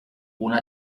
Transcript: una